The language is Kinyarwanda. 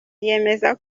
ryemeza